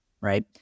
right